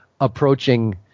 approaching